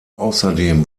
außerdem